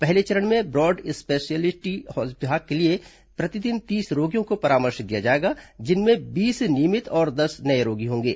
पहले चरण में ब्रॉड स्पेशियलिटी विभाग के लिए प्रतिदिन तीस रोगियों को परामर्श दिया जाएगा जिनमें बीस नियमित और दस नये रोगी होंगे